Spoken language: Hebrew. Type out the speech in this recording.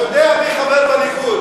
הוא יודע מי חבר בליכוד.